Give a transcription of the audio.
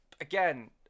Again